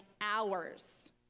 hours